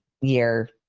year